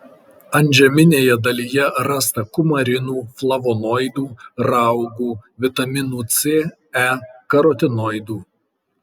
antžeminėje dalyje rasta kumarinų flavonoidų raugų vitaminų c e karotinoidų